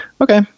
Okay